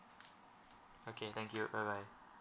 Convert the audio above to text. okay thank you bye bye